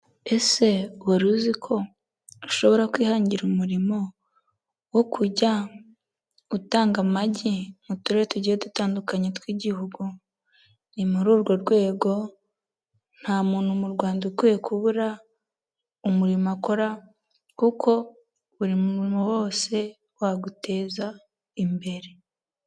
Ese wari uziko ushobora kwihangira umurimo wo kujya utanga amagi mu turere tugiye dutandukanye tw'igihugu? Ni muri urwo rwego nta muntu mu Rwanda ukwiye kubura umurimo akora, kuko buri murimo wose waguteza imbere.